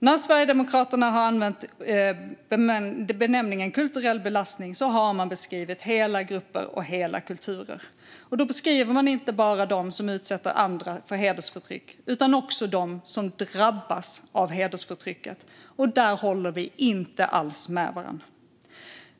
När Sverigedemokraterna har använt benämningen kulturell belastning har man beskrivit hela grupper och hela kulturer. Då beskriver man inte bara dem som utsätter andra för hedersförtryck utan också dem som drabbas av hedersförtrycket. Där håller vi inte alls med varandra.